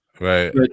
right